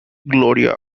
gloria